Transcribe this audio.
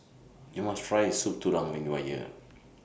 YOU must Try Soup Tulang when YOU Are here